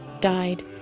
died